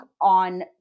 on